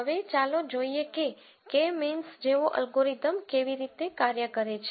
હવે ચાલો જોઈએ કે કે મીન્સ જેવો અલ્ગોરિધમ કેવી રીતે કાર્ય કરે છે